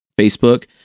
facebook